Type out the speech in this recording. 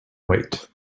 wait